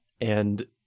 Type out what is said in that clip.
And-